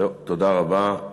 תודה רבה.